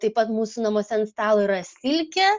taip pat mūsų namuose ant stalo yra silkė